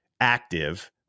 active